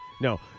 No